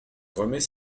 remet